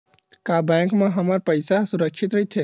का बैंक म हमर पईसा ह सुरक्षित राइथे?